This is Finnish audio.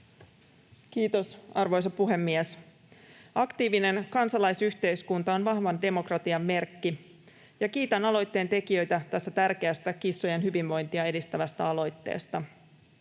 Kiitos, arvoisa puhemies! Aktiivinen kansalaisyhteiskunta on vahvan demokratian merkki. Kiitän aloitteen tekijöitä tästä tärkeästä kissojen hyvinvointia edistävästä aloitteesta.